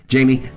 Jamie